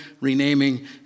renaming